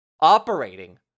Operating